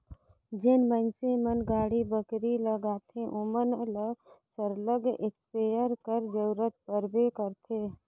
जेन मइनसे मन बाड़ी बखरी लगाथें ओमन ल सरलग इस्पेयर कर जरूरत परबे करथे